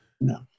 No